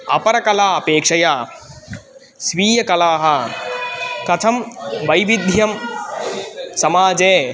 अपरकला अपेक्षया स्वीयकलाः कथं वैविध्यं समाजे